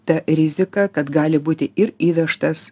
ta rizika kad gali būti ir įvežtas